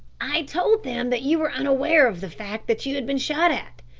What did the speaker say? i told them that you were unaware of the fact that you had been shot at,